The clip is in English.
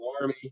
Army